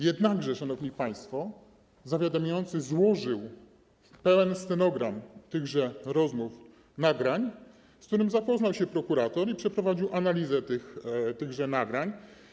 Jednakże, szanowni państwo, zawiadamiający złożył pełen stenogram tychże rozmów, nagrań, z którym zapoznał się prokurator i przeprowadził analizę tychże nagrań.